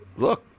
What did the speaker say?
look